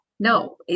No